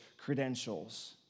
credentials